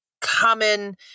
common